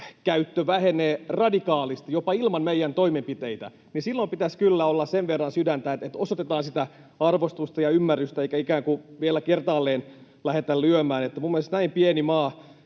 energiakäyttö vähenee radikaalisti jopa ilman meidän toimenpiteitä, pitäisi kyllä olla sen verran sydäntä, että osoitetaan sitä arvostusta ja ymmärrystä eikä ikään kuin vielä kertaalleen lähdetä lyömään. Minun mielestäni näin pienessä